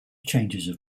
changes